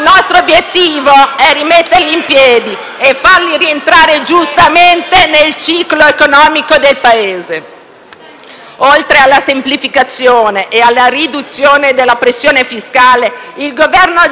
nel ciclo economico del Paese. Oltre alla semplificazione e alla riduzione della pressione fiscale, il Governo agirà al fine di tutelare le imprese per rafforzare il